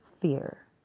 fear